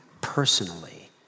personally